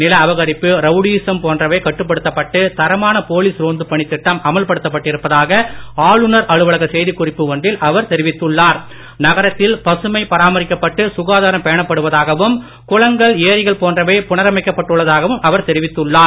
நில அபகரிப்பு ரவுடியீசம் போன்றவை கட்டுப்படுத்தப்பட்டு தரமான போலீஸ் ரோந்துப் பணி திட்டம் அமல்படுத்தப்பட்டிருப்பதாக ஆளுநர் அலுவலக செய்திக் குறிப்பு ஒன்றில் அவர் தெரிவித்துள்ளார் நகரத்தில் பசுமை பராமரிக்கப்பட்டு சுகாதாரம் பேணப்படுவதாகவும் குளங்கள் ஏரிகள் போன்றவை புனரமைக்கப்பட்டுள்ளதாகவும் அவர் தெரிவித்துள்ளார்